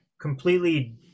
completely